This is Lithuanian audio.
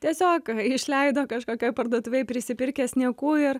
tiesiog išleido kažkokioj parduotuvėj prisipirkęs niekų ir